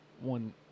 One